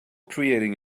creating